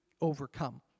overcome